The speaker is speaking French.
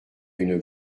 une